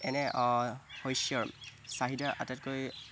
এনে শষ্যৰ চাহিদা আটাইতকৈ